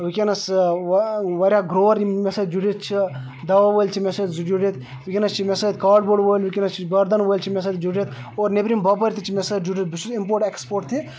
وٕنکٮ۪س واریاہ گرٛووَر یِم مےٚ سۭتۍ جُڑتھ چھِ دَوا وٲلۍ چھِ مےٚ سۭتۍ جُڑتھ وٕنکٮ۪س چھِ مےٚ سۭتۍ کاڑبوڈ وٲلۍ وٕنکٮ۪س چھِ بَردَن وٲلۍ چھِ مےٚ سۭتۍ جُڑتھ اور نٮ۪برِم باپٲرۍ تہِ چھِ مےٚ سۭتۍ جُڑتھ بہٕ چھُس اِمپوٹ اٮ۪کسپوٹ تہِ